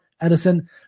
Edison